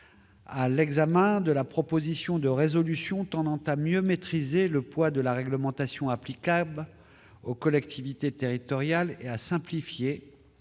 l'examen de la proposition de résolution tendant à mieux maîtriser le poids de la réglementation applicable aux collectivités territoriales et à simplifier